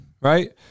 right